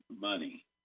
money